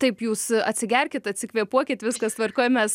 taip jūs atsigerkit atsikvėpuokit viskas tvarkoj mes